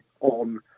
on